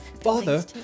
Father